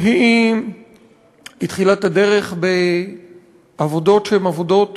והיא התחילה את הדרך בעבודות שהן עבודות